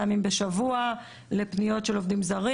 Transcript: ימים בשבוע לפניות של עובדים זרים.